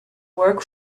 work